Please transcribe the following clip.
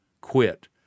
quit